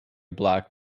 black